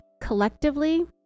collectively